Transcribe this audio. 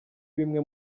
bimwe